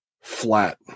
flat